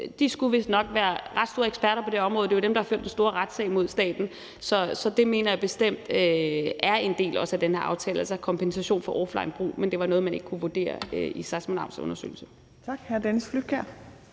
De skulle vistnok være ret store eksperter på det område. Det er jo dem, der har ført den store retssag mod staten. Så kompensation for offlinebrug mener jeg bestemt også er en del af den her aftale, men at det var noget, man ikke kunne vurdere i Seismonauts undersøgelse.